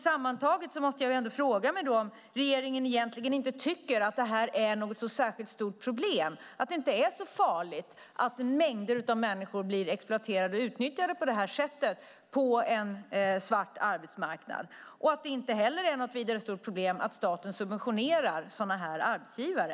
Sammantaget frågar jag mig om regeringen egentligen tycker att det här är ett särskilt stort problem, om regeringen tycker att det är så farligt att mängder av människor blir exploaterade och utnyttjade på det sättet på en svart arbetsmarknad och om det är något vidare stort problem att staten subventionerar sådana arbetsgivare.